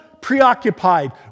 preoccupied